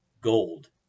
gold